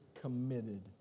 committed